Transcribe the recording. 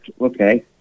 okay